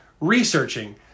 researching